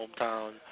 hometown